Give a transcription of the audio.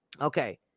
Okay